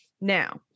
Now